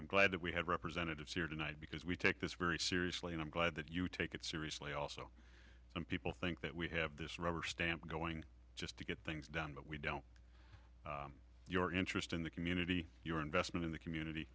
i'm glad that we had representatives here tonight because we take this very seriously and i'm glad that you take it seriously also some people think that we have this rubber stamp going just to get things done but we don't your interest in the community your investment in the community